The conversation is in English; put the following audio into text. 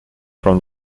from